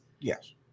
Yes